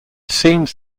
seems